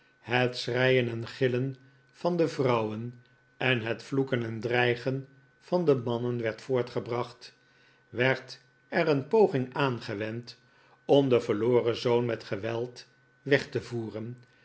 het schreien en gillen van de vrouwen en het vloeken en dreigen van de mannen werd voortgebracht werd er een poging aangewend om den verloren zoon met geweld weg te voeren